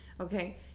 Okay